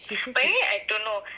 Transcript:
she say she's